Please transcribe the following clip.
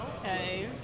Okay